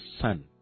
son